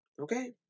Okay